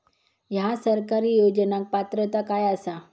हया सरकारी योजनाक पात्रता काय आसा?